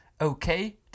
okay